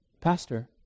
Pastor